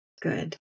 Good